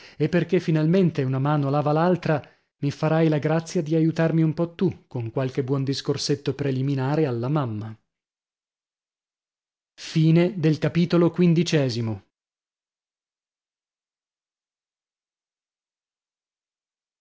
e perchè finalmente una mano lava l'altra mi farai la grazia di aiutarmi un po tu con qualche buon discorsetto preliminare alla mamma xvi mattina e